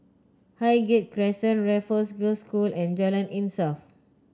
Highgate Crescent Raffles Girls' School and Jalan Insaf